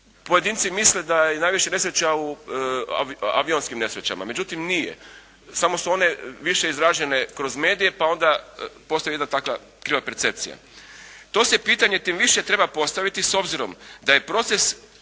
Pojedinci misle da je najviše nesreća u avionskim nesrećama. Međutim, nije, samo su one više izražene kod medije pa onda postoji jedna takva kriva percepcija. To se pitanje tim više treba postaviti s obzirom da je prema